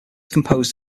composed